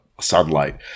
sunlight